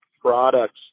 products